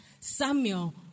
Samuel